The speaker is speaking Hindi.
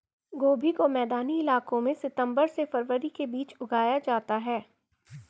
गोभी को मैदानी इलाकों में सितम्बर से फरवरी के बीच उगाया जाता है